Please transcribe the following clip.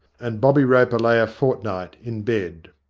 and bobby roper lay a fortnight in bed.